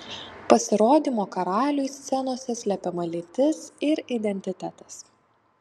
pasirodymo karaliui scenose slepiama lytis ir identitetas